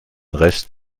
rest